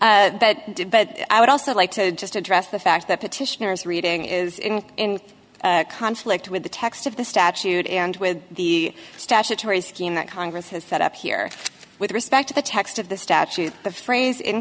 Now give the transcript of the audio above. either but i would also like to just address the fact that petitioners reading is in conflict with the text of the statute and with the statutory scheme that congress has set up here with respect to the text of the statute the phrase in